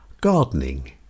gardening